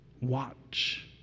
Watch